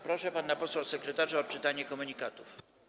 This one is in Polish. Proszę pana posła sekretarza o odczytanie komunikatów.